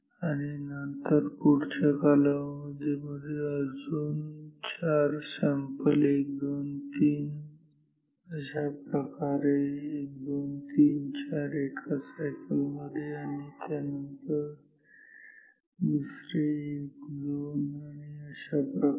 आणि नंतर पुढच्या कालावधीमध्ये अजून चार सॅम्पल 1 2 3 अशा प्रकारे 1 2 3 4 एका सायकल मध्ये आणि त्यानंतर दुसरे 1 2 आणि अशा प्रकारे